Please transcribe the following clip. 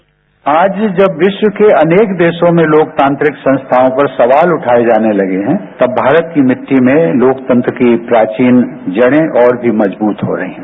sound bite आज जब विश्व के अनेक देशों में लोकतांत्रिक संस्थाओं पर सवाल उठाए जाने लगे हैं तब भारत की मिट्टी में लोकतंत्र की प्राचीन जड़ें और भी मजबूत हो रही हैं